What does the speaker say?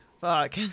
Fuck